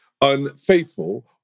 unfaithful